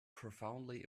profoundly